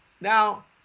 Now